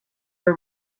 were